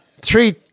three